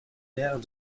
mère